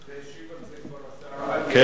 השיב על זה כבר השר אטיאס,